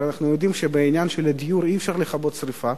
הרי אנחנו יודעים שבעניין הדיור אי-אפשר לכבות את השרפה,